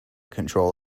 control